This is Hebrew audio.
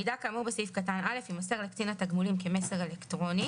"(ב)מידע כאמור בסעיף קטן (א) יימסר לקצין התגמולים כמסר אלקטרוני,